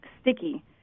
sticky